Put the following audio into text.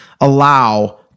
allow